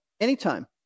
Anytime